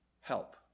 help